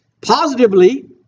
positively